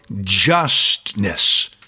justness